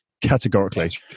categorically